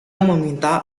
meminta